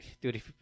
Dude